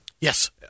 Yes